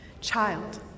child